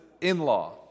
in-law